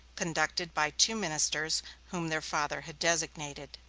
conducted by two ministers whom their father had designated.